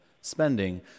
spending